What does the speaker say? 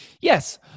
Yes